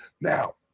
Now